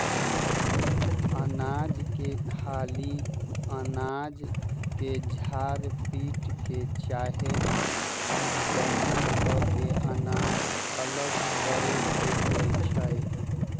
अनाज के खाली अनाज के झार पीट के चाहे दउनी क के अनाज अलग करे के होइ छइ